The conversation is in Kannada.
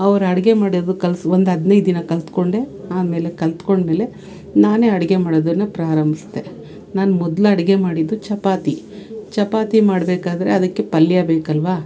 ಅವ್ರು ಅಡುಗೆ ಮಾಡೋದು ಕಲ್ಸಿ ಒಂದು ಹದಿನೈದು ದಿನ ಕಲಿತ್ಕೊಂಡೆ ಆಮೇಲೆ ಕಲಿತ್ಕೊಂಡ್ಮೇಲೆ ನಾನೆ ಅಡುಗೆ ಮಾಡೋದನ್ನು ಪ್ರಾರಂಭಿಸ್ದೆ ನಾನು ಮೊದ್ಲು ಅಡುಗೆ ಮಾಡಿದ್ದು ಚಪಾತಿ ಚಪಾತಿ ಮಾಡಬೇಕಾದ್ರೆ ಅದಕ್ಕೆ ಪಲ್ಯ ಬೇಕಲ್ವ